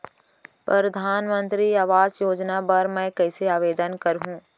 परधानमंतरी आवास योजना बर मैं कइसे आवेदन करहूँ?